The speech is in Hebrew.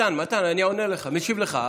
מתן, אני עונה לך, משיב לך.